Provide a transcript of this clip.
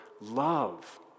love